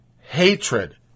hatred